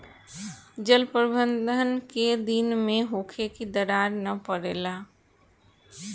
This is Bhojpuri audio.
जल प्रबंधन केय दिन में होखे कि दरार न परेला?